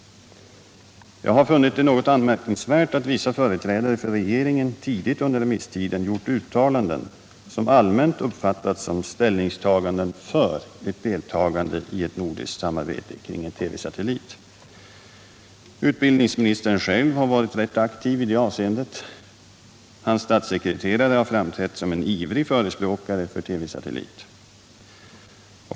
Jag har funnit det något anmärkningsvärt att vissa företrädare för regeringen tidigt under remisstiden gjort uttalanden som allmänt uppfattats som ställningstagande för ett deltagande i ett nordiskt samarbete kring en TV-satellit. Utbildningsministern själv har varit rätt aktiv i det avseendet. Hans statssekreterare har framträtt som en ivrig förespråkare för TV-satellit.